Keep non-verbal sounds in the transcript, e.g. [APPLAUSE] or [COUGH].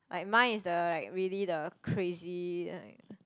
like mine is the like really the crazy [NOISE]